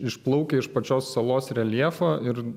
išplaukia iš pačios salos reljefo ir